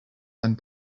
and